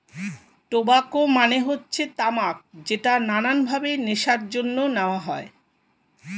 tobacco মানে হচ্ছে তামাক যেটা নানান ভাবে নেশার জন্য নেওয়া হয়